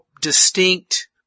distinct